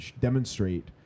demonstrate